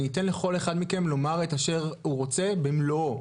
אני אתן לכל אחד מכם לומר את אשר הוא רוצה במלואו.